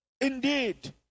Indeed